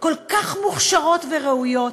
כל כך מוכשרות וראויות,